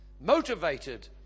Motivated